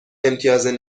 امتیاز